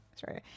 sorry